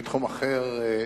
בתחום אחר,